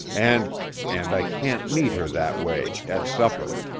and and i can't meet her that way, at supper.